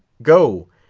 go,